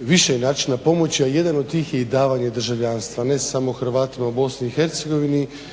Više načina pomoći a jedan od tih je i davanje državljanstva ne samo Hrvatima u BIH